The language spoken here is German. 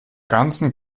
ganzen